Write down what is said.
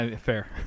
Fair